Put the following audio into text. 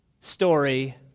story